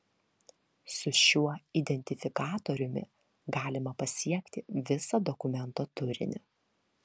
su šiuo identifikatoriumi galima pasiekti visą dokumento turinį